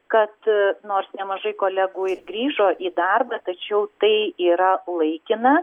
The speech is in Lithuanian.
kad nors nemažai kolegų ir grįžo į darbą tačiau tai yra laikina